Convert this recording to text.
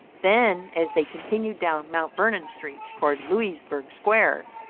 then as they continued down mt. vernon street, toward louisbourg square,